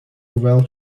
well